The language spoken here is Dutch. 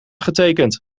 getekend